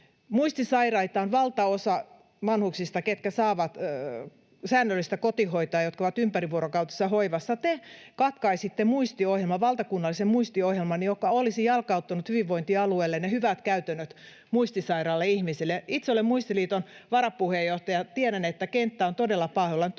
Muistisairaita on valtaosa niistä vanhuksista, jotka saavat säännöllistä kotihoitoa, ja niistä, jotka ovat ympärivuorokautisessa hoivassa. Te katkaisitte muistiohjelman, valtakunnallisen muistiohjelman, joka olisi jalkauttanut hyvinvointialueille ne hyvät käytännöt muistisairaille ihmisille. Itse olen Muistiliiton varapuheenjohtaja, ja tiedän, että kenttä on todella pahoillaan.